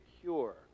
cure